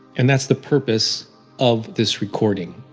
and that's the purpose of this recording.